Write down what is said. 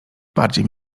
bardziej